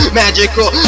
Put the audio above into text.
magical